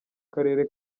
karere